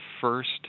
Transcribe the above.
first